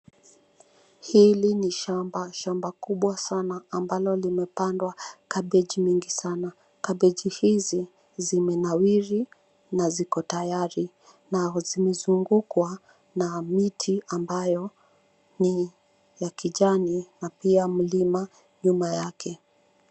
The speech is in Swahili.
Hili ni shamba. Shamba kubwa sana ambalo limepandwa cabbage mingi sana. Kabeji hizi zimenawiri na ziko tayari na zimazungukwa na miti ambayo ni ya kijani na pia mlima nyuma yake.